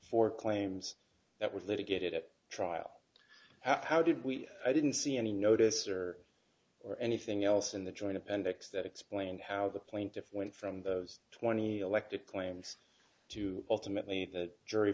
four claims that would litigated at trial how did we i didn't see any notice or or anything else in the joint appendix that explained how the plaintiff went from those twenty elected claims to ultimately that jury